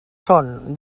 són